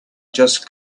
just